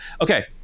Okay